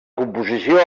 composició